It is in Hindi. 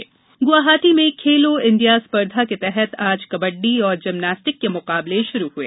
खेलो इंडिया गुवाहाटी में खेलो इंडिया स्पर्धा के तहत आज कबड्डी और जिम्नास्टिक के मुकाबले शुरू हुए